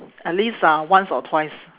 at least uh once or twice